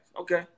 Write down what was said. okay